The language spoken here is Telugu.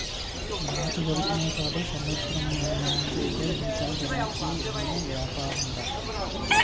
నాచు దొరికినా చాలు సముద్రం నాచయితే ఇంగా గిరాకీ ఉన్న యాపారంరా